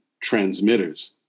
transmitters